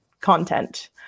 content